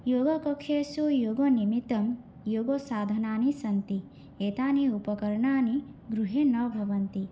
योगकक्षासु योगनिमित्तं योगसाधनानि सन्ति एतानि उपकरणानि गृहे न भवन्ति